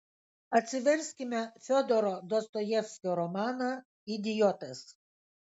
atsiverskime fiodoro dostojevskio romaną idiotas